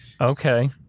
okay